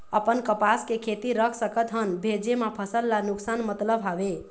अपन कपास के खेती रख सकत हन भेजे मा फसल ला नुकसान मतलब हावे?